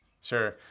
Sure